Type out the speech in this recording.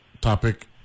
topic